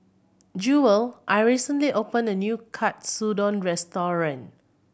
Jewel are recently opened a new Katsudon Restaurant